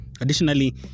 Additionally